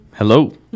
hello